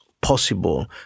possible